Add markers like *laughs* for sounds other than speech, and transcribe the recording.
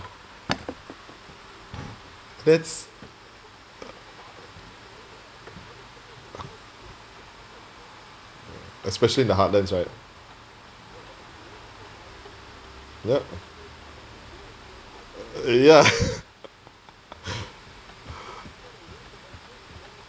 let's especially in the heartlands right yup ya *laughs*